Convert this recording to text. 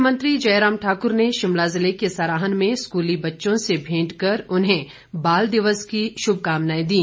मुख्यमंत्री जयराम ठाकुर ने शिमला जिले के सराहन में स्कूली बच्चों से भेंट कर उन्हें बाल दिवस की शुभकामनाएं दी